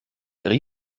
rief